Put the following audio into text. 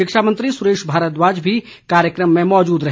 शिक्षा मंत्री सुरेश भारद्वाज भी कार्यक्रम में मौजूद रहे